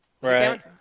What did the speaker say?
Right